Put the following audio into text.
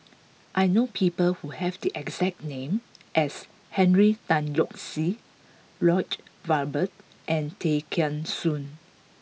I know people who have the exact name as Henry Tan Yoke See Lloyd Valberg and Tay Kheng Soon